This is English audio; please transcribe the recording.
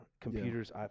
computers